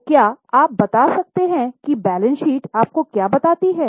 तो क्या आप बता सकते हैं कि बैलेंस शीट आपको क्या बताती है